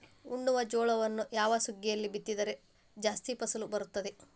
ಉಣ್ಣುವ ಜೋಳವನ್ನು ಯಾವ ಸುಗ್ಗಿಯಲ್ಲಿ ಬಿತ್ತಿದರೆ ಜಾಸ್ತಿ ಫಸಲು ಬರುತ್ತದೆ?